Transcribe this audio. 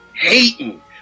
hating